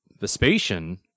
Vespasian